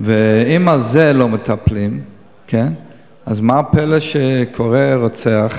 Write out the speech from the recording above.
ואם בזה לא מטפלים, אז מה הפלא שקורה רצח